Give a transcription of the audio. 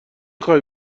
خوای